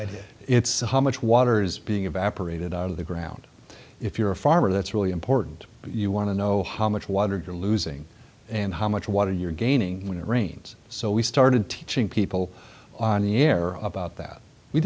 idea it's how much water is being evaporated out of the ground if you're a farmer that's really important you want to know how much water you're losing and how much water you're gaining when it rains so we started teaching people on the air about that we